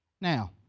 Now